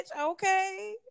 Okay